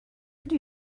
could